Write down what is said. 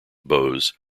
bows